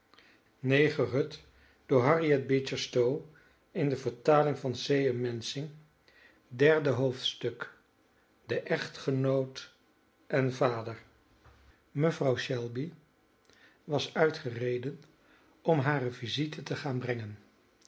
derde hoofdstuk de echtgenoot en vader mevrouw shelby was uitgereden om hare visite te gaan brengen